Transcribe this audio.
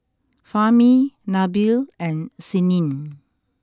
Fahmi Nabil and Senin